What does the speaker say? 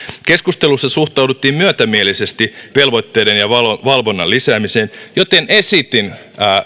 keskustelussa suhtauduttiin myötämielisesti velvoitteiden ja valvonnan lisäämiseen joten esitin